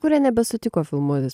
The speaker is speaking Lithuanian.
kurie nebesutiko filmuotis